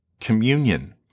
communion